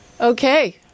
Okay